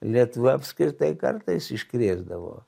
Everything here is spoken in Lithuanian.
lietuva apskritai kartais iškrėsdavo